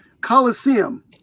Colosseum